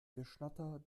geschnatter